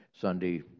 Sunday